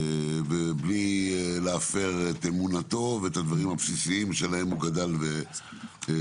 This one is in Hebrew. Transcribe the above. ובלי להפר את אמונתו ואת הדברים הבסיסיים שעליהם הוא גדל ונולד.